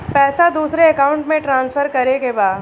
पैसा दूसरे अकाउंट में ट्रांसफर करें के बा?